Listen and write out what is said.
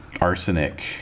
arsenic